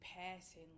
passing